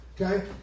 Okay